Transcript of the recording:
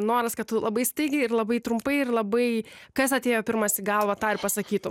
noras kad tu labai staigiai ir labai trumpai ir labai kas atėjo pirmas į galvą tai ir pasakytum